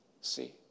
See